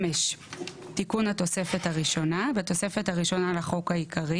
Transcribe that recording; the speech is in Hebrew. תיקון התוספת הראשונה 5. בתוספת הראשונה לחוק העיקרי